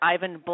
Ivan